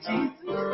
Jesus